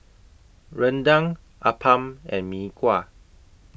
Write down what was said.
Rendang Appam and Mee Kuah